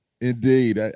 indeed